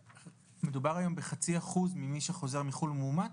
מדובר היום בחצי אחוז ממי שחוזר מחו"ל מאומת?